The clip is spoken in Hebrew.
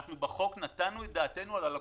בחוק נתנו את דעתנו על הלקוחות,